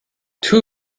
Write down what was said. two